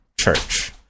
church